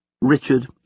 Richard